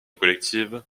collective